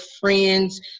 friends